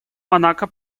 монако